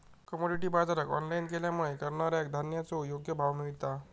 commodity बाजराक online केल्यामुळे करणाऱ्याक धान्याचो योग्य भाव मिळता